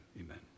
Amen